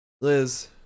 Liz